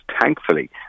Thankfully